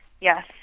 yes